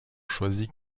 choisi